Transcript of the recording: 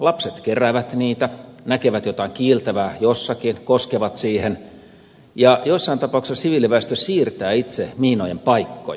lapset keräävät niitä näkevät jotain kiiltävää jossakin koskevat siihen ja joissain tapauksissa siviiliväestö siirtää itse miinojen paikkoja